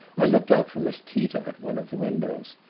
i looked out for miss tita at one of the windows,